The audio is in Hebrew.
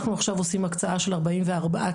אנחנו עכשיו עושים הקצאה של ארבעים וארבעה